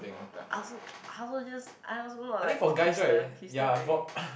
I also I also just I also look like Crystal Crystal very